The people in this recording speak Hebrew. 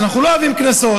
אנחנו לא אוהבים קנסות,